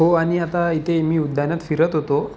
हो आणि आता इथे मी उद्यानात फिरत होतो